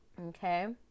Okay